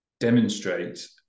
demonstrate